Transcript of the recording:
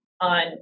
on